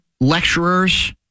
lecturers